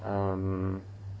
um